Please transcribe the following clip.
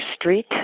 Street